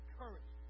courage